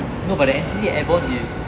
no but the N_C_C airborne is